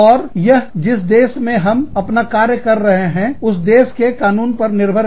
और यह जिस देश में हम अपना कार्य कर रहे हैं उस देश के कानून पर निर्भर करता है